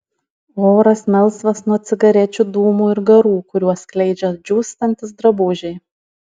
oras melsvas nuo cigarečių dūmų ir garų kuriuos skleidžia džiūstantys drabužiai